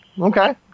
okay